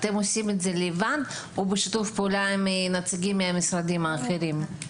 האם אתם עושים זאת לבד או בשיתוף פעולה עם נציגי המשרדים האחרים?